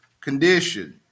condition